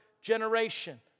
generation